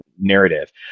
narrative